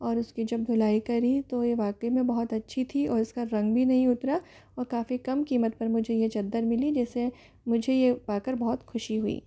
और उसकी जब धुलाई करी तो ये वाकई में बहुत अच्छी थी और इसका रंग भी नहीं उतरा और काफ़ी कम कीमत पर मुझे यह चद्दर मिली जैसे मुझे ये पाकर बहुत खुशी हुई